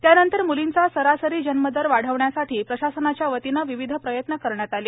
त्यानंतर म्लींचा सरासरी जन्मदर वाढवण्यासाठी प्रशासनाच्या वतीनं विविध प्रयत्न करण्यात आले